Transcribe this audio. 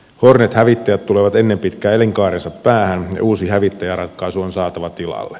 hornet hävittäjät tulevat ennen pitkää elinkaarensa päähän ja uusi hävittäjäratkaisu on saatava tilalle